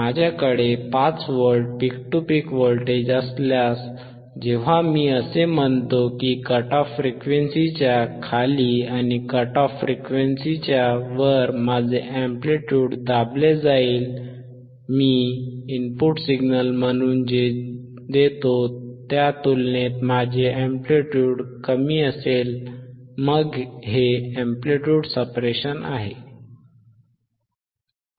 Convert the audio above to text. माझ्याकडे 5 volt peak to peak voltage असल्यास जेव्हा मी असे म्हणतो की कट ऑफ फ्रिक्वेन्सीच्या खाली आणि कट ऑफ फ्रिक्वेन्सीच्या वर माझे एंप्लिट्युड दाबले जाईल मी इनपुट सिग्नल म्हणून जे देतो त्या तुलनेत माझे एंप्लिट्युड कमी असेल मग हे एंप्लिट्युड सप्रेशन आहे